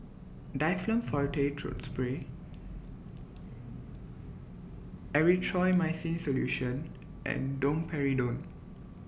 Difflam Forte Throat Spray Erythroymycin Solution and Domperidone